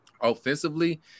offensively